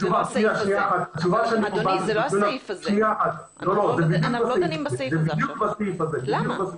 זה בדיוק הסעיף הזה.